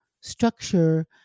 structure